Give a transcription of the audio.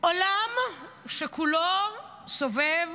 עולם שכולו סובב